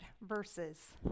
verses